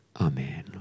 Amen